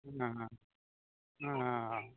ᱦᱮᱸ ᱦᱮᱸ